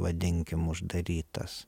vadinkim uždarytas